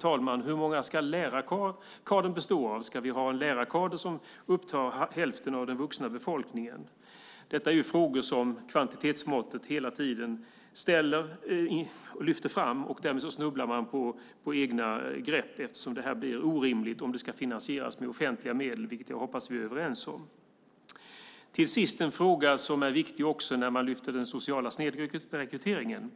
fråga om? Hur många lärare ska lärarkadern bestå av? Ska vi ha en lärarkader som upptar hälften av den vuxna befolkningen? Detta är frågor som hela tiden ställs och lyfts fram när det gäller kvantitetsmåttet. Därmed faller man på egna grepp eftersom detta blir orimligt om det ska finansieras med offentliga medel, vilket jag hoppas att vi är överens om. Till sist vill jag ta upp en fråga som också är viktig när man lyfter fram den sociala snedrekryteringen.